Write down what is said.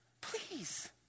please